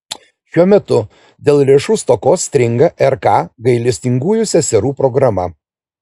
šiuo metu dėl lėšų stokos stringa rk gailestingųjų seserų programa